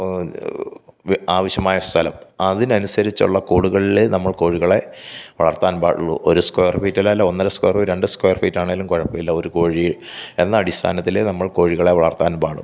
ആവശ്യമായ സ്ഥലം അതിനനുസരിച്ചുള്ള കൂടുകളിലെ നമ്മൾ കോഴികളെ വളർത്താൻപാടുള്ളു ഒരു സ്ക്വയർ ഫീറ്റല്ലേൽ ഒന്നര സ്ക്വർ ഫീറ്റ് രണ്ട് സ്ക്വർ ഫീറ്റാണേലും കുഴപ്പമില്ല ഒരു കോഴിയെ എന്ന അടിസ്ഥാനത്തിലെ നമ്മൾ കോഴികളെ വളർത്താൻ പാടുള്ളു